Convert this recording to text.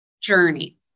journey